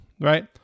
right